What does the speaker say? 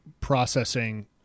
processing